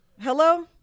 Hello